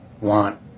Want